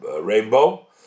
rainbow